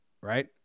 Right